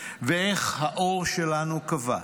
ואיך האור שלנו כבה.